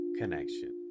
connection